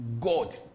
God